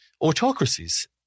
autocracies